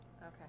okay